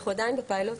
אנחנו עדיין בפיילוט.